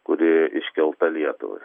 kuri iškelta lietuvai